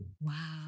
Wow